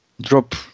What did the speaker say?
drop